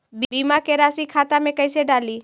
बीमा के रासी खाता में कैसे डाली?